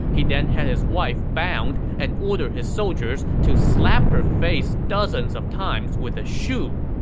he then had his wife bound and ordered his soldiers to slap her face dozens of times with a shoe,